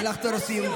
נא לחתור לסיום.